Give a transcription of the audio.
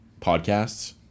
podcasts